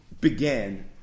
began